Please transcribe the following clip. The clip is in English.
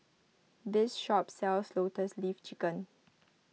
this shop sells Lotus Leaf Chicken